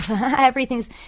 everything's